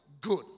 good